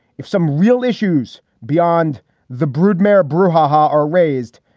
if some real issues beyond the broodmare brouhaha are raised,